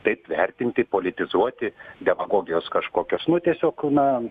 taip vertinti politizuoti demagogijos kažkokios nu tiesiog na